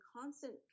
constant